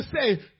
say